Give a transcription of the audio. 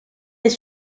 des